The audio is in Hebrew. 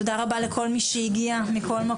תודה רבה לכל מי שהגיע מכל מקום.